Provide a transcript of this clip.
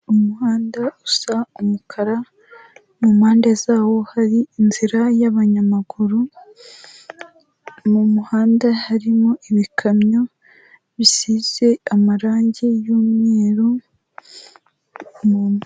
Umuhanda usa umukara, mu mpande zawo hari inzira y'abanyamaguru, mu muhanda harimo ibikamyo bisize amarangi y'umweru